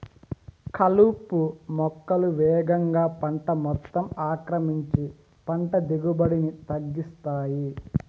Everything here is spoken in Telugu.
కలుపు మొక్కలు వేగంగా పంట మొత్తం ఆక్రమించి పంట దిగుబడిని తగ్గిస్తాయి